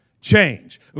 Change